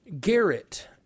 Garrett